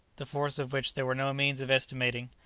the force of which there were no means of estimating,